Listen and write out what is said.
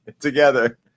together